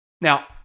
Now